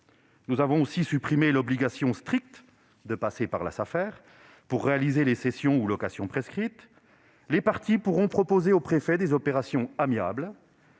Nous avons aussi supprimé l'obligation stricte de passer par la Safer pour réaliser les cessions ou locations prescrites : les parties pourront proposer au préfet des opérations amiables,